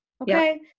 Okay